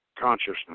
consciousness